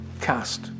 cast